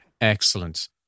excellent